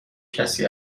کسی